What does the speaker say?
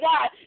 God